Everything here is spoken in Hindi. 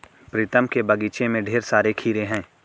प्रीतम के बगीचे में ढेर सारे खीरे हैं